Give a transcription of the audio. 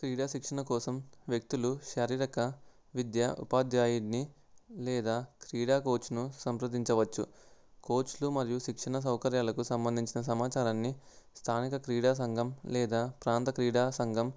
క్రీడా శిక్షణ కోసం వ్యక్తులు శారీరక విద్య ఉపాధ్యాయుణ్ణి లేదా క్రీడా కోచ్ను సంప్రదించవచ్చు కోచ్లు మరియు శిక్షణ సౌకర్యాలకు సంబంధించిన సమాచారాన్ని స్థానిక క్రీడా సంఘం లేదా ప్రాంతీయ క్రీడా సంఘం